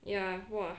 ya !wah!